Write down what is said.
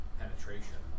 penetration